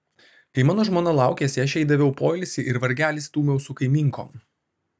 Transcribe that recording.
kai mano žmona laukėsi aš jai daviau poilsį ir vargelį stūmiau su kaimynkom